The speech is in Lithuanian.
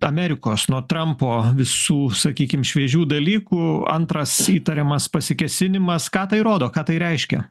amerikos nuo trampo visų sakykim šviežių dalykų antras įtariamas pasikėsinimas ką tai rodo ką tai reiškia